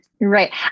Right